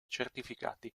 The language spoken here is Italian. certificati